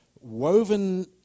woven